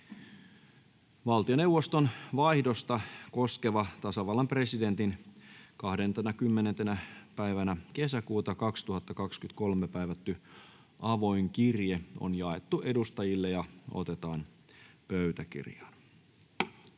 Valtioneuvoston vaihdosta koskeva tasavallan presidentin 20.6.2023 päivätty avoin kirje on jaettu edustajille ja otetaan pöytäkirjaan.